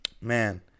man